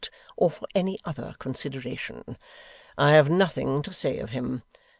or for any other consideration i have nothing to say of him,